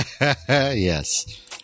Yes